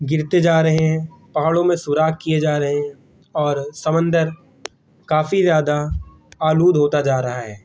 گرتے جا رہے ہیں پہاڑوں میں سراخ کیے جا رہے ہیں اور سمندر کافی زیادہ آلود ہوتا جا رہا ہے